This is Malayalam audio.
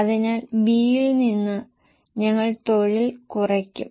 അതിനാൽ B യിൽ നിന്ന് ഞങ്ങൾ തൊഴിൽ കുറയ്ക്കും